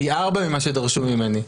פי 4 ממה שדרשו ממני,